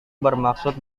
bermaksud